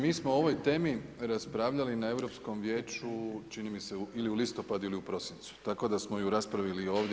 Mi smo o ovoj temi raspravljali na Europskom vijeću čini mi se ili u listopadu ili u prosincu, tako da smo ju raspravili i ovdje.